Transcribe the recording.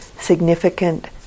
significant